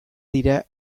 dira